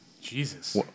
Jesus